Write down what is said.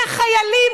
מהחיילים,